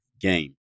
game